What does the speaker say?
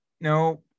no